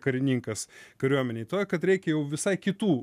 karininkas kariuomenėj todėl kad reikia jau visai kitų